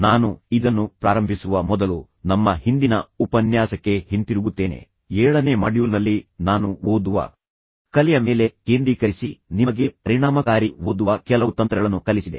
ನಾನು ಇದನ್ನು ಪ್ರಾರಂಭಿಸುವ ಮೊದಲು ನಮ್ಮ ಹಿಂದಿನ ಉಪನ್ಯಾಸಕ್ಕೆ ಹಿಂತಿರುಗುತ್ತೇನೆ ಏಳನೇ ಮಾಡ್ಯೂಲ್ನಲ್ಲಿ ನಾನು ಓದುವ ಕಲೆಯ ಮೇಲೆ ಕೇಂದ್ರೀಕರಿಸಿ ನಿಮಗೆ ಪರಿಣಾಮಕಾರಿ ಓದುವ ಕೆಲವು ತಂತ್ರಗಳನ್ನು ಕಲಿಸಿದೆ